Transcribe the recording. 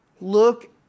look